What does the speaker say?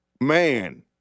man